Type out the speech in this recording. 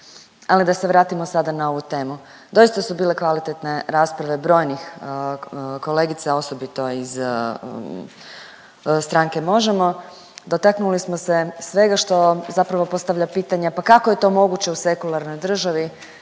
ali da se vratimo sada na ovu temu. Doista su bile kvalitetne rasprave brojnih kolegica, osobito iz stranke Možemo!, dotaknuli smo se svega što zapravo postavlja pitanja, pa kako je to moguće u sekularnoj državi,